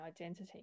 identity